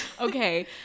Okay